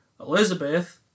Elizabeth